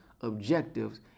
objectives